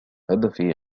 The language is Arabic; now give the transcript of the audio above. هدفي